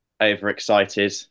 overexcited